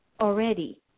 already